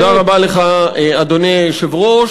תודה רבה לך, אדוני היושב-ראש.